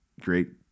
great